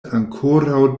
ankoraŭ